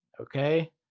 Okay